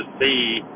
see